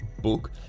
book